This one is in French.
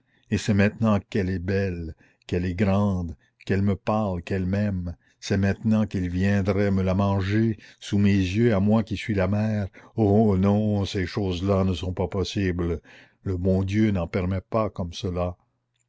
et c'est maintenant qu'elle est belle qu'elle est grande qu'elle me parle qu'elle m'aime c'est maintenant qu'ils viendraient me la manger sous mes yeux à moi qui suis la mère oh non ces choses-là ne sont pas possibles le bon dieu n'en permet pas comme cela